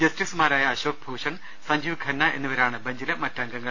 ജസ്റ്റിസു മാരായ അശോക് ഭൂഷൺ സഞ്ജിവ് ഖന്ന എന്നിവരാണ് ബഞ്ചിലെ മറ്റ് അംഗങ്ങൾ